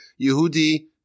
Yehudi